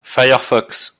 firefox